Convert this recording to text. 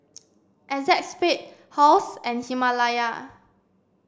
ACEXSPADE Halls and Himalaya